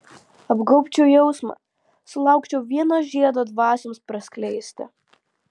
apgaubčiau jausmą sulaukčiau vieno žiedo dvasioms praskleisti